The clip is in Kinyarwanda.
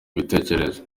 ibitekerezo